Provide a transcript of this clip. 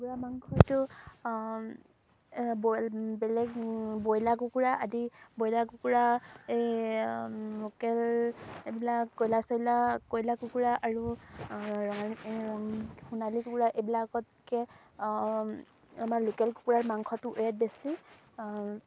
কুকুৰা মাংসটো বইল বেলেগ বইলাৰ কুকুৰা আদি ব্ৰইলাৰ কুকুৰা এই লোকেল এইবিলাক কয়লা চইলা কয়লা কুকুৰা আৰু সোণালী কুকুৰা এইবিলাকতকৈ আমাৰ লোকেল কুকুৰাৰ মাংসটো ৱেট বেছি